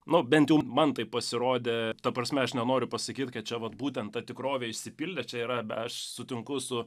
nu bent jau man taip pasirodė ta prasme aš nenoriu pasakyti kad čia vat būtent ta tikrovė išsipildė čia yra aš sutinku su